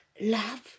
love